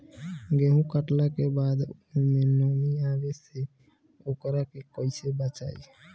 गेंहू कटला के बाद ओमे नमी आवे से ओकरा के कैसे बचाई?